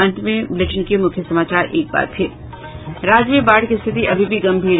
और अब अंत में मुख्य समाचार एक बार फिर राज्य में बाढ़ की स्थिति अभी भी गंभीर